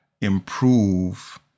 improve